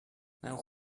now